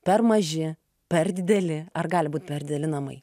per maži per dideli ar gali būt per dideli namai